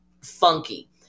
funky